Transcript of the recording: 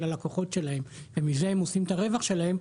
הלקוחות שלהם ומזה הם עושים את הרווח שלהם,